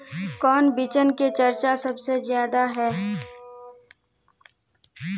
कौन बिचन के चर्चा सबसे ज्यादा है?